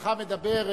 חברך מדבר,